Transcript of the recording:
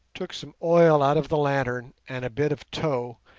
took some oil out of the lantern and a bit of tow,